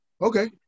okay